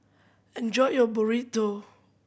enjoy your Burrito